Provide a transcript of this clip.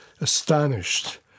astonished